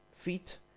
Feet